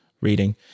reading